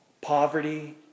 poverty